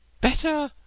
better